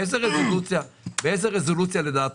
באיזו רזולוציה אתה,